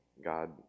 God